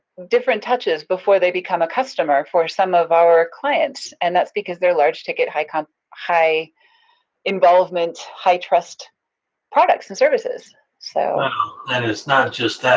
different touches before they become a customer for some of our clients, and that's because they're large ticket, high kind of high involvement, high trust products and services, so. and it's not just that,